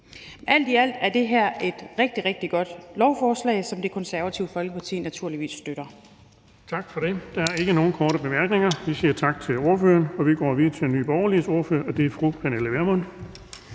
Alt i alt er det her et rigtig, rigtig godt lovforslag, som Det Konservative Folkeparti naturligvis støtter. Kl. 13:37 Den fg. formand (Erling Bonnesen): Tak for det. Der er ikke nogen korte bemærkninger. Vi siger tak til ordføreren. Vi går videre til Nye Borgerliges ordfører, og det er fru Pernille Vermund.